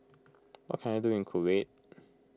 what can I do in Kuwait